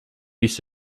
use